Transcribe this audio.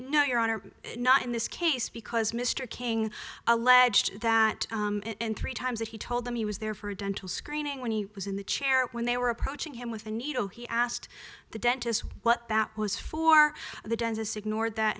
no your honor not in this case because mr king alleged that and three times that he told them he was there for a dental screening when he was in the chair when they were approaching him with a needle he asked the dentist what that was for the dentist ignored that